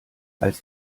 als